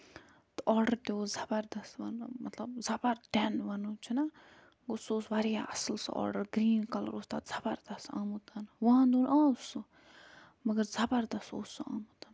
تہٕ آرڈر تہِ اوس زَبردست مطلب مطلب زَبر ٹٮ۪ن وَنو چھُنا گوٚو سُہ اوس واریاہ اَصٕل سُہ آرڈر گریٖن کَلر اوس تَتھ زَبردست آمُت وُہن دۄہن آو سُہ مَگر زَبردست اوس سُہ آمُت